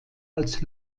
als